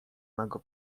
mego